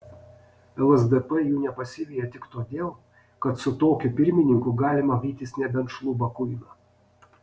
lsdp jų nepasiveja tik todėl kad su tokiu pirmininku galima vytis nebent šlubą kuiną